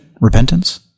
repentance